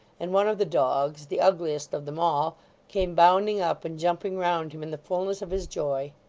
and one of the dogs the ugliest of them all came bounding up, and jumping round him in the fulness of his joy.